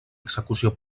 execució